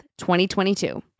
2022